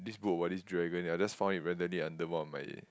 this book about this dragon I just found it randomly under one of my